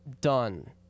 done